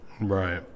Right